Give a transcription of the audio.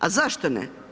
A zašto ne?